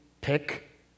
pick